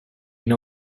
know